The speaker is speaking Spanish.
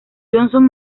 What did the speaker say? johnson